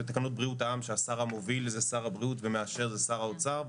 בתקנות בריאות העם שהשר המוביל זה שר הבריאות ומאשר שר האוצר,